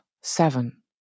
Seven